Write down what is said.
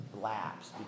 lapse